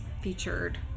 featured